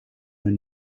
een